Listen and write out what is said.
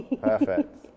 Perfect